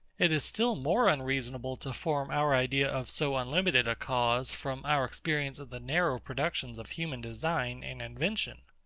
it is still more unreasonable to form our idea of so unlimited a cause from our experience of the narrow productions of human design and invention.